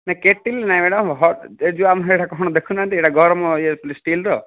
ନାହିଁ କେଟିଲ୍ ନାହିଁ ମ୍ୟାଡ଼ାମ୍ ଏଇ ଯେଉଁ ଆମ ହେଇଟା କ'ଣ ଦେଖୁନାହାନ୍ତି ଏଇଟା ଗରମ ଇଏ ଷ୍ଟିଲ୍ର